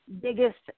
biggest